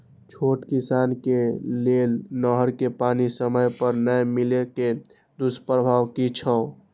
छोट किसान के लेल नहर के पानी समय पर नै मिले के दुष्प्रभाव कि छै?